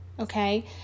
okay